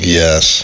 yes